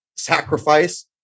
Sacrifice